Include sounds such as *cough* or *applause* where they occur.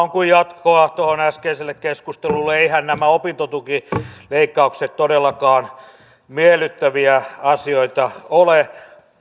*unintelligible* on kuin jatkoa tuohon äskeiseen keskusteluun eihän nämä opintotukileikkaukset todellakaan miellyttäviä asioita ole